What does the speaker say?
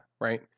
right